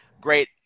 great